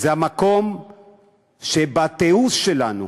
זה המקום שהתיעוש שלנו,